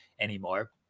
anymore